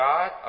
God